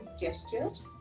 gestures